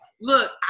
Look